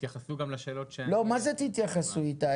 ותתייחסו גם --- לא, מה זה תתייחסו איתי?